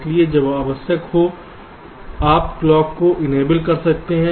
इसलिए जब आवश्यक हो आप क्लॉक को इनेबल कर सकते हैं